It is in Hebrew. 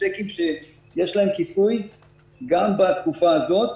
צ'קים שיש להם כיסוי גם בתקופה הזאת.